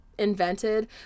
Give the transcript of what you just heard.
invented